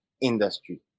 industry